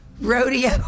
Rodeo